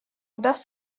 das